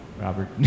Robert